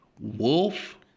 Wolf